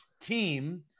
team